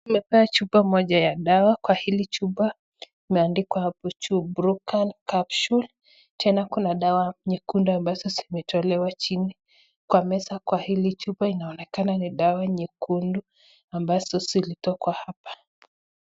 Naona chupa moja ya dawa, kwa hili chupa imeandikwa BRUCAN CAPSULE .Tena kuna dawa nyekundu ambazo zimetolewa chini kwa meza kwa hili chupa linaonekana ni dawa nyekudu ambazo zilitoka hapa.